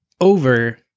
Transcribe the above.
over